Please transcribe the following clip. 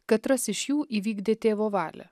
katras iš jų įvykdė tėvo valią